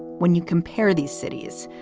when you compare these cities,